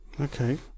Okay